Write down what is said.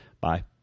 Bye